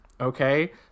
okay